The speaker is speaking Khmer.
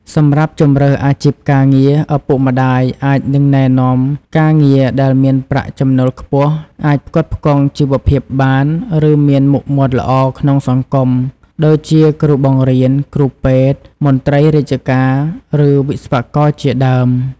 សម្រាប់ជម្រើសអាជីពការងារ ឪពុកម្ដាយអាចនឹងណែនាំការងារដែលមានប្រាក់ចំណូលខ្ពស់ អាចផ្គត់ផ្គង់ជីវភាពបាន ឬមានមុខមាត់ល្អក្នុងសង្គម ដូចជាគ្រូបង្រៀន គ្រូពេទ្យ មន្ត្រីរាជការ ឬវិស្វករជាដើម។